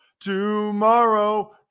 Tomorrow